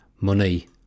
Money